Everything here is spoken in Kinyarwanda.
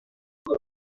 ibi